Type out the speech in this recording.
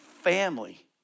family